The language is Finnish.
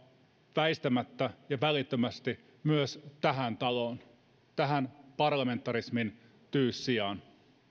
väistämättä ja välittömästi myös tähän taloon tähän parlamentarismin tyyssijaan